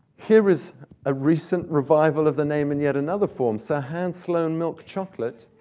here is a recent revival of the name in yet another form, sir hans sloane milk chocolate,